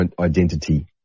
identity